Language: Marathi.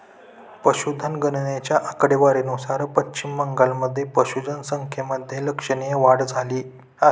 पशुधन गणनेच्या आकडेवारीनुसार पश्चिम बंगालमध्ये पशुधन संख्येमध्ये लक्षणीय वाढ झाली आहे